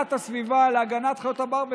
להגנת הסביבה, להגנת חיות הבר.